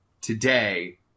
today